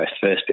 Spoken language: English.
first